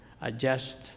adjust